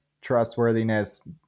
trustworthiness